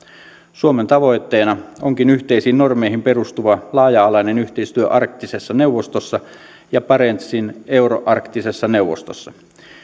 suomen tavoitteena onkin yhteisiin normeihin perustuva laaja alainen yhteistyö arktisessa neuvostossa ja barentsin euroarktisessa neuvostossa